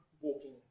walking